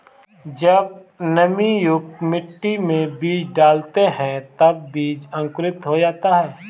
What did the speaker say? जब नमीयुक्त मिट्टी में बीज डालते हैं तब बीज अंकुरित हो जाता है